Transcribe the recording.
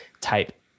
type